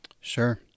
Sure